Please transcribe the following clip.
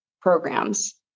programs